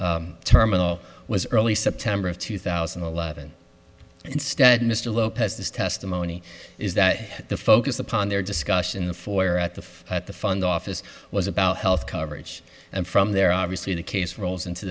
terminal was early september of two thousand and eleven instead mr lopez this testimony is that the focus upon their discussion the former at the at the fund office was about health coverage and from there obviously the case rolls into